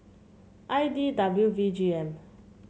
I D W V G M